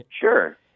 Sure